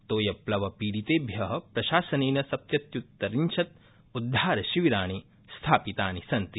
तोयप्लवपीडितेभ्य प्रशासनेन सप्तत्युत्तरत्रिंशत् उद्धारशिविराणि स्थापितानि सन्ति